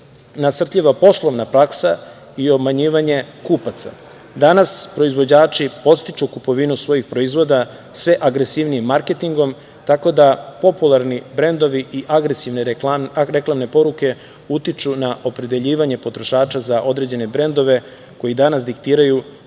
nasrtljiva poslovna praksa i obmanjivanje kupaca. Danas proizvođači podstiču kupovinu svojih proizvoda sve agresivnijim marketingom, tako da popularni brendovi i agresivne reklamne poruke utiču na opredeljivanje potrošača za određene brendove koji danas diktiraju